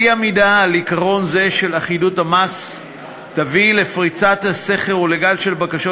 אי-עמידה על עיקרון זה של אחידות המס תביא לפריצת הסכר ולגל של בקשות